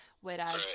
Whereas